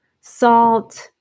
salt